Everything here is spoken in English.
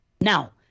now